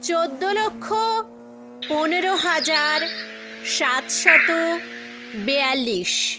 চোদ্দো লক্ষ পনেরো হাজার সাতশত বিয়াল্লিশ